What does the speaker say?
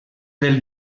del